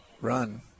run